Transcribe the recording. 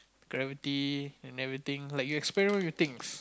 gravity and everything like you experiment with your things